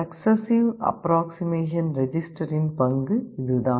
successive approximation ரெஜிஸ்டரின் பங்கு இதுதான்